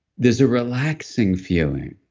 there's a relaxing feeling.